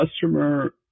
customer